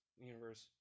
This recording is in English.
universe